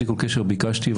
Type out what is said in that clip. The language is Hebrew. בלי כל קשר ביקשתי,